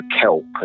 kelp